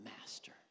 master